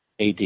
AD